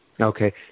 Okay